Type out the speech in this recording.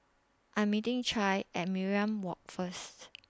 I'm meeting Che At Mariam Walk First